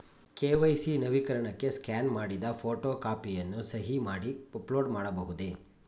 KYC ನವೀಕರಣಕ್ಕೆ scan ಮಾಡಿದ photo ಕಾಪಿಯನ್ನು ಸಹಿ ಮಾಡಿ ಅಪ್ಲೋಡ್ ಮಾಡಬಹುದೇ?